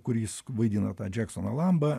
kur jis vaidino tą džeksoną lambą